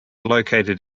located